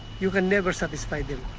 you can never satisfy them.